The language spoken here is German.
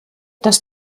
dass